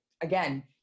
again